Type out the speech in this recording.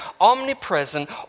omnipresent